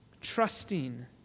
trusting